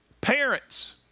parents